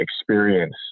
experience